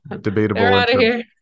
debatable